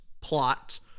plot